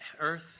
earth